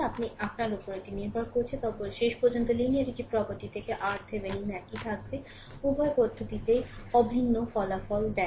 এটি আপনার উপর নির্ভর করে তবে শেষ পর্যন্ত লিনিয়ারিটি প্রপার্টি থেকে RThevenin একই থাকবে উভয় পদ্ধতিরই অভিন্ন ফলাফল দেয়